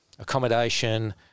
accommodation